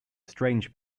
strange